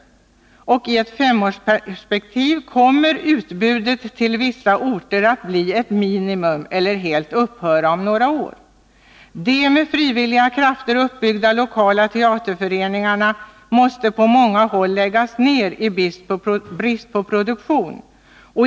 I detta femårsperspektiv kommer utbudet till svissa orter att bli ett minimum eller helt upphöra om några år. De med frivilliga krafter uppbyggda lokala teaterföreningarna måste på många håll läggas ner i brist på produktion.